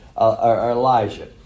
Elijah